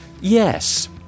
Yes